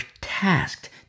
tasked